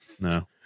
No